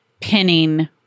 pinning